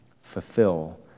fulfill